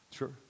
Sure